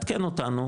ולעדכן אותנו,